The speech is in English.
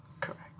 Correct